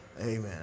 Amen